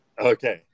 Okay